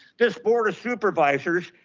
this board of supervisors,